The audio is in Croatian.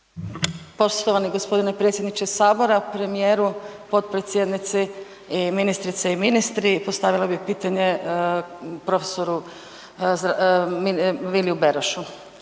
Poštovani gospodine predsjedniče Sabora, premijeru, potpredsjednici i ministrice i ministri. Postavila bih pitanje prof. Viliju Berošu.